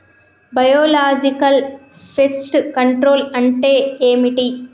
Biological pest control అంటే ఏమిటి?